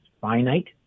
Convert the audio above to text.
finite